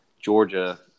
Georgia